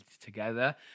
together